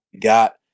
got